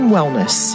Wellness